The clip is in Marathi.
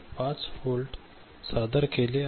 5 व्होल्ट सादर केले आहे